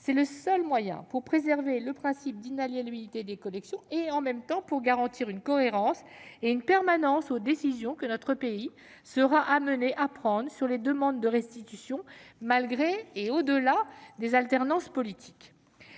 C'est le seul moyen de préserver le principe d'inaliénabilité des collections et de garantir une cohérence et une permanence aux décisions que notre pays sera amené à prendre sur les demandes de restitution, malgré les alternances politiques